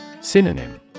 Synonym